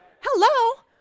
Hello